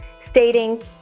stating